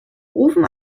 rufen